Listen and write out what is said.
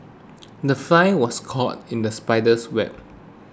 the fly was caught in the spider's web